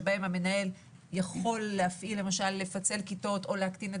שבהם המנהל יכול לפצל כיתות או להקטין את